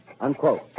Unquote